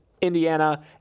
Indiana